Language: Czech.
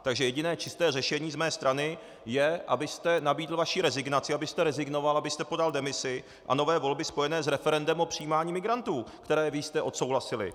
Takže jediné čisté řešení z mé strany je, abyste nabídl svou rezignaci, abyste rezignoval, abyste podal demisi, a nové volby spojené s referendem o přijímání migrantů, které vy jste odsouhlasili.